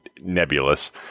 nebulous